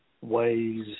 ways